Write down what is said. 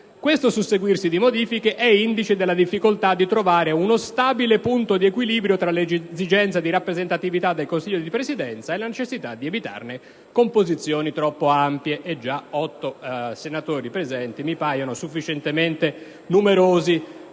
«Questo susseguirsi di modifiche è indice della difficoltà di trovare uno stabile punto di equilibrio tra l'esigenza di rappresentatività del Consiglio di Presidenza e la necessità di evitarne composizioni troppo ampie».